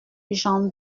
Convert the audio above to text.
jañ